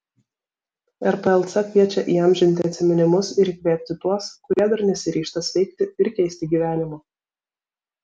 rplc kviečia įamžinti atsiminimus ir įkvėpti tuos kurie dar nesiryžta sveikti ir keisti gyvenimo